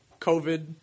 covid